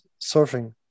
surfing